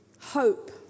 hope